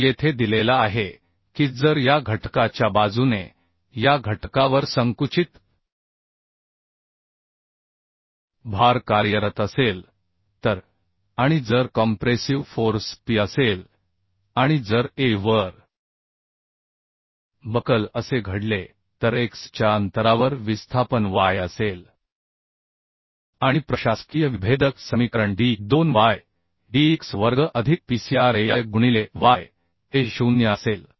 जो येथे दिलेला आहे की जर या घटका च्या बाजूने या घटकावर संकुचित भार कार्यरत असेल तर आणि जर कॉम्प्रेसिव फोर्स P असेल आणि जर a वर बकल असे घडले तर x च्या अंतरावर विस्थापन y असेल आणि प्रशासकीय विभेदक समीकरण d2ydx वर्ग अधिक PcrEI गुणिले y हे 0 असेल